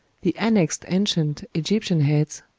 the annexed ancient egyptian heads,